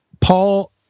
Paul